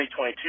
2022